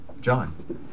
John